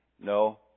No